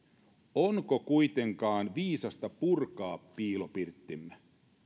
onko kuitenkaan viisasta purkaa piilopirttimme